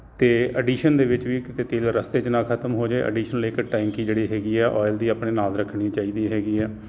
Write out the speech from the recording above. ਅਤੇ ਅਡੀਸ਼ਨ ਦੇ ਵਿੱਚ ਵੀ ਕਿਤੇ ਤੇਲ ਰਸਤੇ 'ਚ ਨਾ ਖਤਮ ਹੋ ਜਾਏ ਐਡੀਸ਼ਨਲ ਇੱਕ ਟੈਂਕੀ ਜਿਹੜੀ ਹੈਗੀ ਆ ਆਇਲ ਦੀ ਆਪਣੇ ਨਾਲ ਰੱਖਣੀ ਚਾਹੀਦੀ ਹੈਗੀ ਆ